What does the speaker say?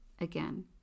again